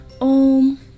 Om